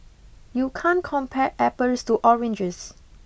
you can't compare apples to oranges